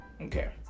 Okay